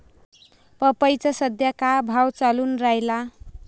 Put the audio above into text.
पपईचा सद्या का भाव चालून रायला?